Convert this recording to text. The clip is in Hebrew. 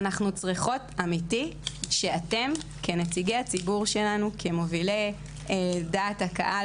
אנחנו צריכות שאתם כנציגי הציבור שלנו כמובילי דעת הקהל